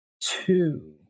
two